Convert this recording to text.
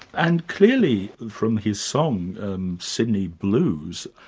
and clearly from his song, and sydney blues,